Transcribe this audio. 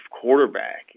quarterback